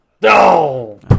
No